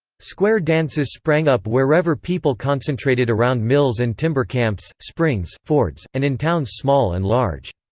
square dances sprang up wherever people concentrated around mills and timber camps, springs, fords, and in towns small and large.